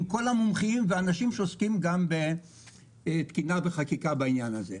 כל המומחים וגם אנשים שעוסקים בתקינה וחקיקה בעניין הזה.